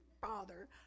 Father